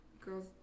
girls